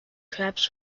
crabs